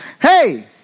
hey